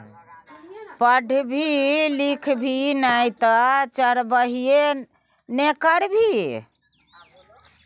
पढ़बी लिखभी नै तँ चरवाहिये ने करभी